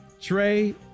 Trey